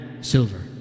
silver